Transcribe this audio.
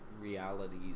realities